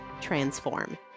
transform